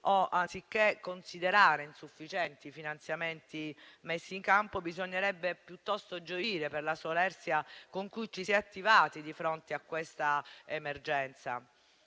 anziché considerare insufficienti i finanziamenti messi in campo, bisognerebbe piuttosto gioire per la solerzia con cui ci si è attivati di fronte a questa emergenza